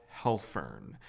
Helfern